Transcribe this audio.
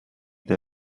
they